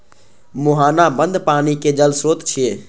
मुहाना बंद पानिक जल स्रोत छियै